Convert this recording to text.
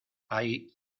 hay